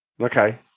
Okay